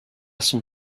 son